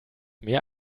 mehr